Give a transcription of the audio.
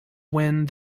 wind